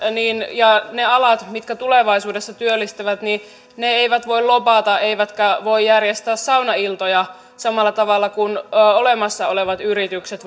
ja ne alat mitkä tulevaisuudessa työllistävät eivät voi lobata eivätkä järjestää saunailtoja samalla tavalla kuin olemassa olevat yritykset